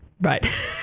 right